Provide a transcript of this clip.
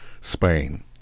Spain